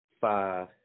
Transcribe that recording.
five